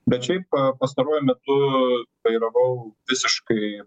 bet šiaip pastaruoju metu vairavau visiškai